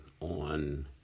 on